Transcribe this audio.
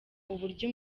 uburyo